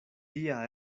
tia